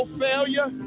failure